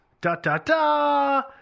da-da-da